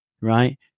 Right